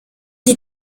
sie